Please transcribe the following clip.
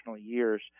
years